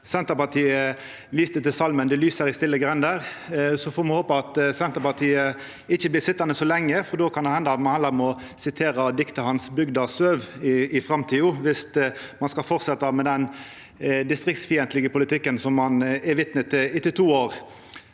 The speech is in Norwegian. Senterpartiet viste til salmen «Det lyser i stille grender». Me får håpa Senterpartiet ikkje blir sitjande så lenge, for då kan det henda me heller må sitera diktet hans «Bygda søv» i framtida, viss ein skal fortsetja med den distriktsfiendtlege politikken me er vitne til etter to år.